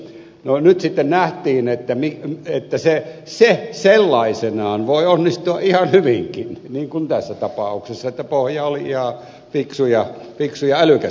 no nyt sitten nähtiin että se sellaisenaan voi onnistua ihan hyvinkin niin kuin tässä tapauksessa että pohja oli ihan fiksu ja älykäs